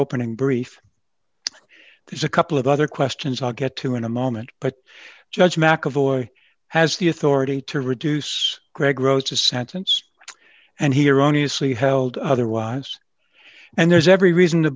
opening brief there's a couple of other questions i'll get to in a moment but judge mcevoy has the authority to reduce gregg wrote a sentence and here honestly held otherwise and there's every reason to